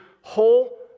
whole